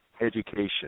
education